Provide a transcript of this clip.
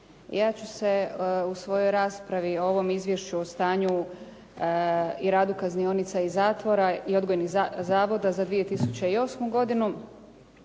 Ja ću se u svojoj raspravi o ovom izvješću o stanju i radu kaznionica, zatvora i odgojnih zavoda za 2008. godinu